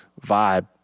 vibe